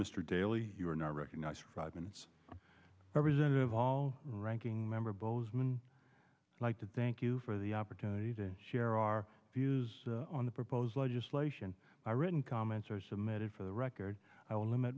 mr daly you are not recognized province representative all ranking member bozeman like to thank you for the opportunity to share our views on the proposed legislation written comments are submitted for the record i will limit